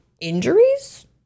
injuries